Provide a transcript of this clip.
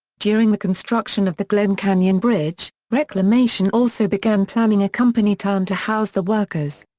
during the construction of the glen canyon bridge, reclamation also began planning a company town to house the workers.